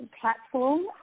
platform